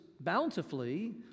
bountifully